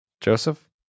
Joseph